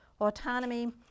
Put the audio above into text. Autonomy